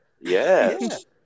Yes